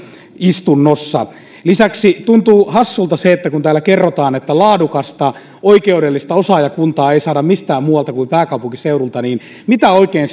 istunnossa lisäksi tuntuu hassulta se kun täällä kerrotaan että laadukasta oikeudellista osaajakuntaa ei saada mistään muualta kuin pääkaupunkiseudulta mitä oikein